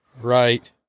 right